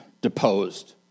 deposed